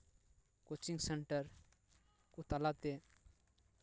coaching center ᱠᱚ ᱛᱟᱞᱟ ᱛᱮ